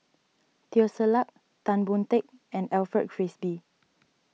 Teo Ser Luck Tan Boon Teik and Alfred Frisby